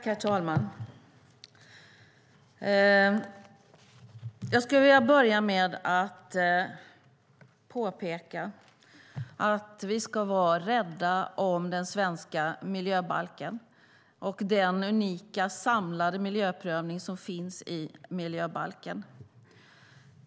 Herr talman! Jag skulle vilja börja med att påpeka att vi ska vara rädda om den svenska miljöbalken och den unika samlade miljöprövning som finns i miljöbalken.